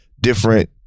different